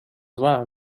zła